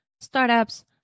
startups